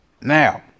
Now